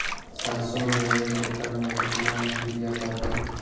सरसों में एक एकड़ मे केतना युरिया पड़तै?